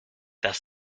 das